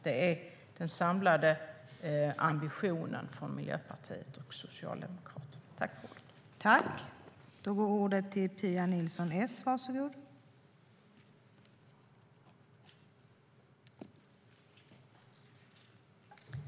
Det är den samlade ambitionen från Miljöpartiet och Socialdemokraterna.